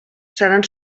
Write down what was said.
seran